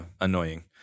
annoying